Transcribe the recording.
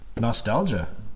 Nostalgia